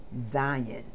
Zion